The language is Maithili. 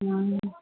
हँ